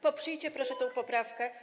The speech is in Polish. Poprzyjcie proszę tę poprawkę.